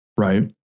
right